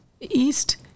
East